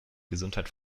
gesundheit